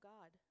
God